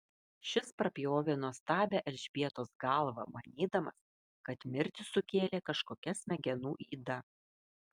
šis prapjovė nuostabią elžbietos galvą manydamas kad mirtį sukėlė kažkokia smegenų yda